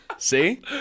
See